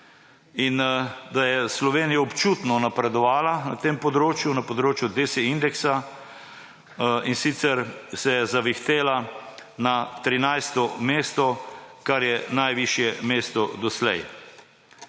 in da je Slovenija občutno napredovala na tem področju, na področju DESI indeksa, in sicer se je zavihtela na 13. mesto, kar je najvišje mesto doslej.